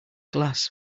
glass